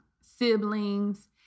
siblings